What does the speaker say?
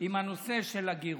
עם הנושא של הגיור,